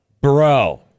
Bro